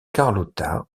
carlotta